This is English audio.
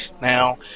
Now